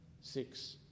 Six